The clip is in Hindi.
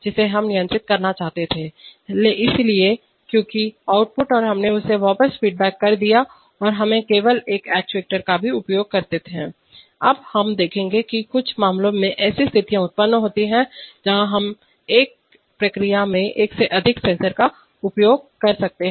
जिसे हम नियंत्रित करना चाहते थे इसलिए क्यों की आउटपुट और हमने इसे वापस फीडबैक कर दिया और हम केवल एक एक्ट्यूएटर का भी उपयोग करते हैं अब आज हम देखेंगे कि कुछ मामलों में ऐसी स्थितियाँ उत्पन्न होती हैं जहाँ हम एक प्रक्रिया में एक से अधिक सेंसर का उपयोग कर सकते हैं